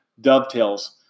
dovetails